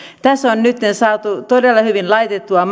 tässä on nyt saatu todella hyvin laitettua